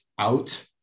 Out